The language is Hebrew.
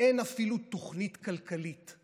ואין אפילו תוכנית כלכלית,